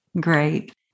Great